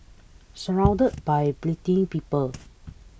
surrounded by bleating people